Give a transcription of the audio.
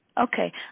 Okay